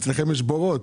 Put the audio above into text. אצלכם יש בורות.